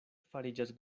fariĝas